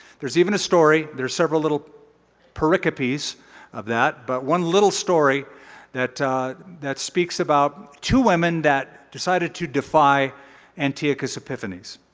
there is even a story there's several little pericopes of that. but one little story that that speaks about two women that decided to defy antiochus epiphanes.